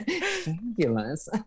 Fabulous